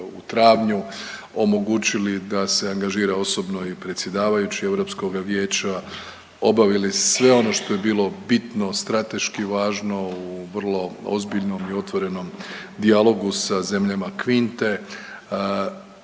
u travnju omogućili da se angažira osobno i predsjedavajući Europskoga vijeća, obavili sve ono što je bilo bitno, strateški važno u vrlo ozbiljnom i otvorenom dijalogu sa zemljama Kvinte,